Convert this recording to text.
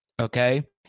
okay